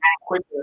quicker